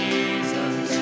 Jesus